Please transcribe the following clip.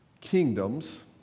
kingdoms